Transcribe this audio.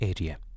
area